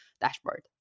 dashboard